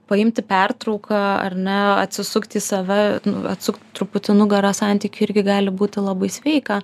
paimti pertrauką ar ne atsisukt į save atsukt truputį nugarą santykiui irgi gali būti labai sveika